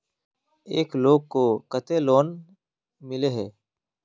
एक लोग को केते लोन मिले है?